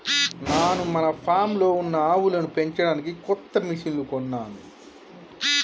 నాను మన ఫామ్లో ఉన్న ఆవులను పెంచడానికి కొత్త మిషిన్లు కొన్నాను